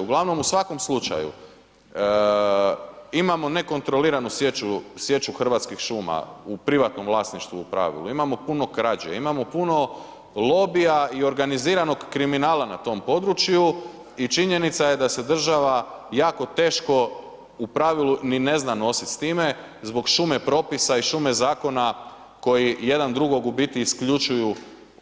Uglavnom u svakom slučaju imamo nekontroliranu sječu hrvatskih šuma u privatnom vlasništvu u pravilu, imamo puno krađe, imamo puno lobija i organiziranog kriminala na tom području i činjenica je da se država jako teško u pravilu ni ne zna nositi s time zbog šume propisa i šume zakona koji jedan drugog